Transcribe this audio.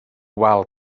wal